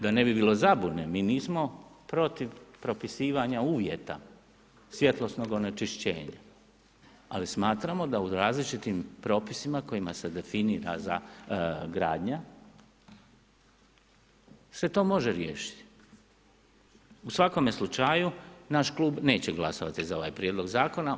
Da ne bi bilo zabune, mi nismo protiv propisivanja uvjeta svjetlosnog onečišćenja, ali smatramo da u različitim propisima kojima se definira gradnja se to može riješit, u svakome slučaju naš klub neće glasovati za ovaj prijedlog zakona.